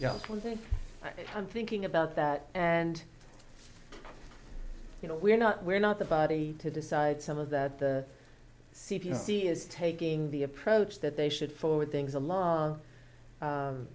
i'm thinking about that and you know we're not we're not the body to decide some of that the c d c is taking the approach that they should forward things along